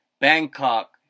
Bangkok